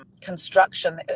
construction